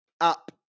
up